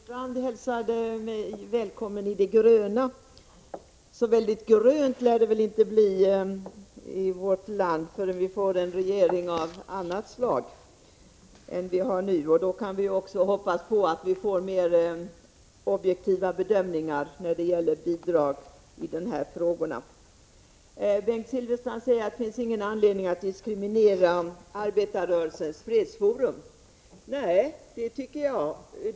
Herr talman! Bengt Silfverstrand hälsade mig välkommen i det gröna. Så väldigt grönt lär det inte bli i vårt land förrän vi får en regering av annat slag än den som vi har nu. Då kan vi också hoppas på att vi får mer objektiva bedömningar när det gäller bidrag i de här frågorna. Bengt Silfverstrand säger att det inte finns någon anledning att diskriminera Arbetarrörelsens fredsforum. Nej, det tycker inte jag heller.